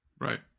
Right